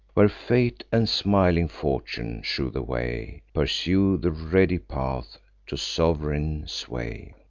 where fate and smiling fortune shew the way, pursue the ready path to sov'reign sway.